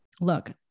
Look